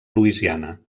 louisiana